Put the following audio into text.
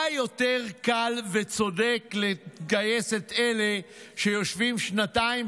מה יותר קל וצודק לגייס את אלה שיושבים שנתיים,